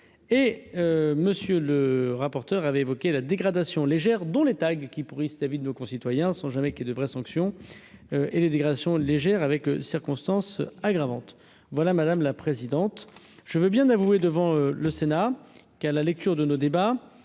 et monsieur le rapporteur avait évoqué la dégradation légère dont les tags qui pourrissent la vie de nos concitoyens sont jamais qui devrait sanctions et les dégradations légères avec circonstances aggravantes, voilà madame la présidente, je veux bien avouer devant le Sénat qu'à la lecture de nos débats,